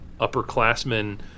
upperclassmen